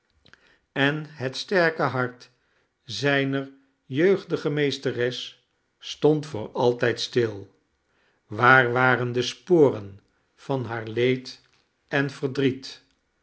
en het sterke hart zijner jeugdige meesteres stond voor altijd stil waar waren de sporen van haar leed en verdriet